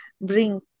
bring